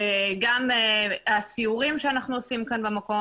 גם הסיורים שאנחנו עושים כאן במקום,